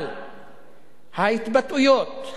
אבל ההתבטאויות,